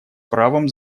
правом